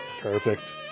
perfect